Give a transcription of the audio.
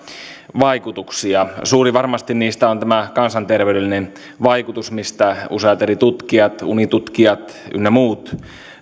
vaikutuksia suurin varmasti niistä on tämä kansanterveydellinen vaikutus mistä useat eri tutkijat unitutkijat ynnä muut